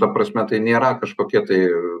ta prasme tai nėra kažkokie tai